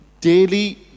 daily